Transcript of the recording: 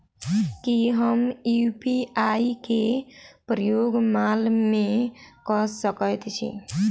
की हम यु.पी.आई केँ प्रयोग माल मै कऽ सकैत छी?